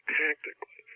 tactically